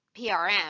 PRM